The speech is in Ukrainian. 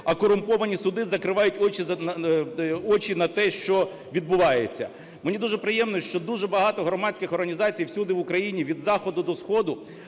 а корумповані суди закривають очі на те, що відбувається. Мені дуже приємно, що дуже багато громадських організацій всюди в Україні, від заходу до сходу,